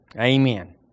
Amen